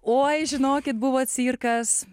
oi žinokit buvo cirkas